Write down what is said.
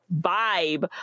vibe